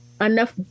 enough